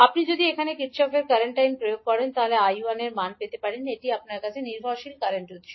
আপনি যদি এখানে কির্চফের কারেন্ট আইন প্রয়োগ করেন তবে I1 𝐠11𝐕1 g12𝐈2 এটিই আপনার কাছে নির্ভরশীল কারেন্ট উত্স